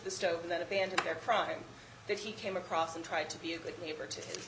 the stove and then abandon their crime that he came across and try to be a good neighbor to hi